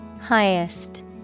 Highest